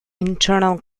internal